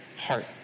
heart